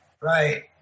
Right